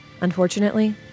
Unfortunately